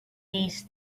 these